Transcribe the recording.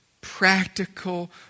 practical